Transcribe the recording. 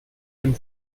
dem